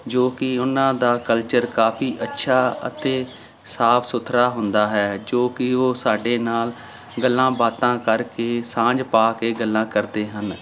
ਜੋ ਕਿ ਉਨਾਂ ਦਾ ਕਲਚਰ ਕਾਫੀ ਅੱਛਾ ਅਤੇ ਸਾਫ਼ ਸੁਥਰਾ ਹੁੰਦਾ ਹੈ ਜੋ ਕਿ ਉਹ ਸਾਡੇ ਨਾਲ ਗੱਲਾਂ ਬਾਤਾਂ ਕਰਕੇ ਸਾਂਝ ਪਾ ਕੇ ਗੱਲਾਂ ਕਰਦੇ ਹਨ